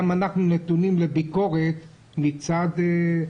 גם אנחנו נתונים לביקורת מצד הציבור.